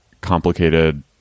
complicated